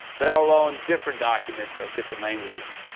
let alone different documents of different languages.